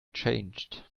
changed